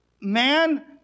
Man